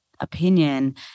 opinion